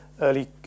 early